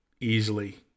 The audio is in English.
easily